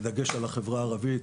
בדגש על החברה הערבית,